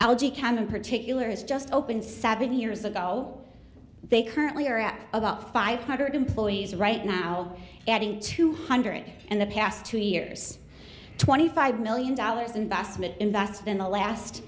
algae come in particular has just opened seven years ago they currently are at about five hundred employees right now adding two hundred in the past two years twenty five million dollars investment in that's been the last